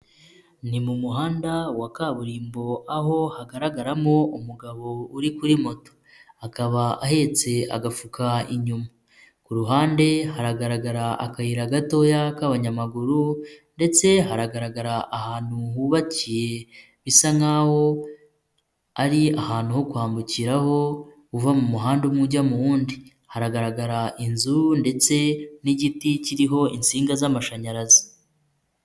Ni mu muhanda wa kaburimbo ,aho hagaragaramo umugabo uri kuri moto. Akaba ahetse agafuka inyuma. Ku ruhande haragaragara akayira gatoya k'abanyamaguru ndetse haragaragara ahantu hubakiye bisa nkaho ari ahantu ho kwambukiraho, uva mu muhanda umwe ujya mu wundi. Haragaragara inzu ndetse n'igiti kiriho insinga z'amashanyarazi.